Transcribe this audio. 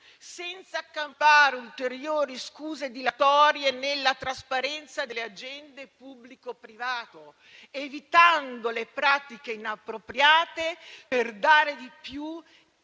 senza accampare ulteriori scuse dilatorie nella trasparenza delle agende pubblico-privato, evitando le pratiche inappropriate per dare di più